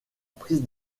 prise